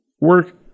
work